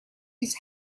his